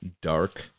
dark